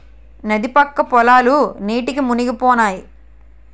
నది పక్క పొలాలు నీటికి మునిగిపోనాయి